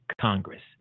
Congress